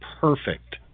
Perfect